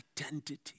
identity